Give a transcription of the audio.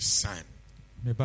son